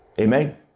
Amen